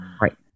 right